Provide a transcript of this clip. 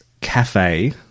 cafe